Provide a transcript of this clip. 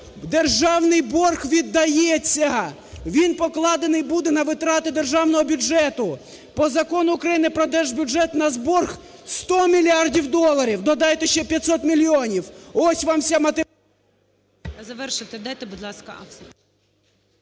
Державний борг віддається, він покладений буде на витрати державного бюджету. По Закону України про Держбюджет в нас борг 100 мільярдів доларів, додайте ще 500 мільйонів – ось вам вся…